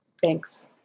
Thanks